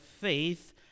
faith